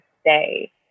stay